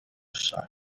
side